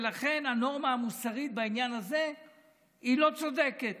ולכן הנורמה המוסרית בעניין הזה היא לא צודקת.